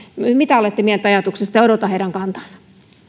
mitä olette mieltä ajatuksesta ja odotan heidän kantaansa